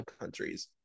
countries